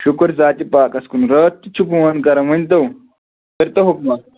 شُکُر ذاتِ پاکَس کُن راتھ کیُتھ چھُکھ فون کَران ؤنۍتَو کٔرۍتَو حُکماہ